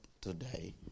today